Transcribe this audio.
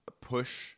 push